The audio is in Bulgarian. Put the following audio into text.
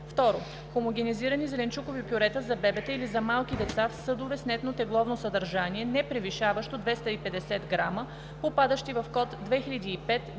ЕС. 2. Хомогенизирани зеленчукови пюрета за бебета или за малки деца в съдове с нетно тегловно съдържание, непревишаващо 250 г, попадащи в Код 2005 10